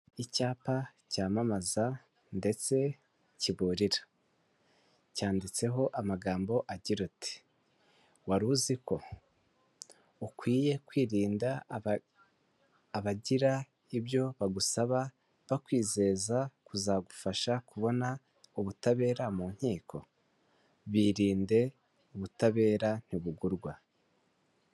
Icyapa cyamamaza ndetse kiburira, cyanditseho amagambo agira ati ''wari uziko ukwiye kwirinda abagira ibyo bagusaba bakwizeza kuzagufasha kubona ubutabera mu nkiko, biririnde ubutabera ntibugurwa.''